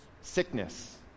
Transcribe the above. sickness